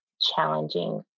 challenging